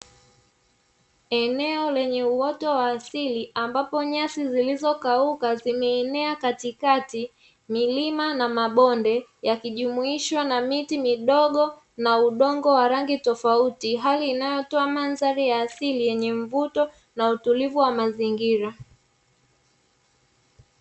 Eneo lenye uoto wa asili ambapo nyasi zilizokauka zimeenea Katikati, milima na mabonde yakijumuishwa na miti midogo na udongo wa rangi tofauti, hali inayotoa mandhari ya asili yenye mvuto na utulivu wa mazingira.